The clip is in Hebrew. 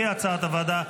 כהצעת הוועדה,